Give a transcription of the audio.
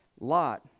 Lot